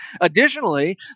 Additionally